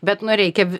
bet na reikia